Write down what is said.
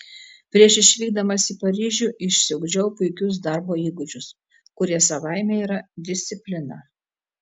prieš išvykdamas į paryžių išsiugdžiau puikius darbo įgūdžius kurie savaime yra disciplina